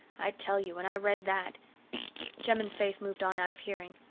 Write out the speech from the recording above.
i tell you when i read that jem and faith moved on out of hearing.